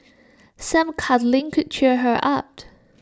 some cuddling could cheer her up